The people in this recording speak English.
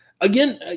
again